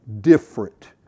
different